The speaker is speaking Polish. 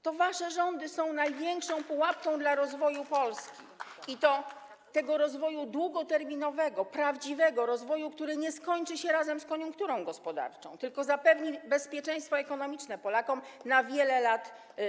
To wasze rządy są największą pułapką dla rozwoju Polski, i to tego rozwoju długoterminowego, prawdziwego rozwoju, który nie skończy się razem z koniunkturą gospodarczą, tylko zapewni Polakom bezpieczeństwo ekonomiczne na wiele lat.